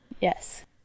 Yes